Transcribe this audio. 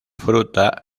fruta